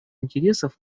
интересов